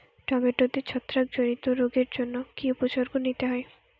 টমেটোতে ছত্রাক জনিত রোগের জন্য কি উপসর্গ নিতে হয়?